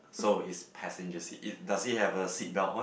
so it's passenger seat it does he have the seat belt on